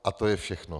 A to je všechno